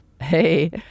Hey